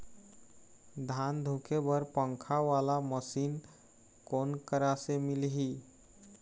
धान धुके बर पंखा वाला मशीन कोन करा से मिलही?